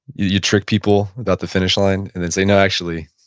you trick people about the finish line and then say, no, actually,